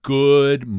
good